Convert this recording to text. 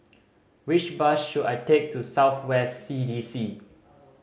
which bus should I take to South West C D C